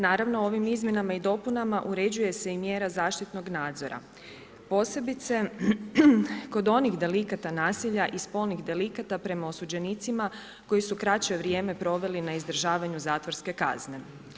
Naravno ovim izmjenama i dopunama uređuje se i mjera zaštitnog nadzora, posebice kod onih delikata nasilja i spolnih delikata prema osuđenicima koji su kraće vrijeme proveli na izdržavanju zatvorske kazne.